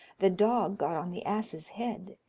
the dog got on the ass's head,